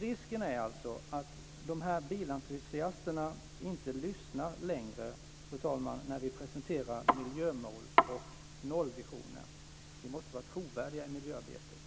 Risken är alltså att de här bilentusiasterna inte lyssnar längre när vi presenterar miljömål och nollvisioner. Vi måste vara trovärdiga i miljöarbetet.